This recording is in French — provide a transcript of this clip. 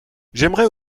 j’aimerais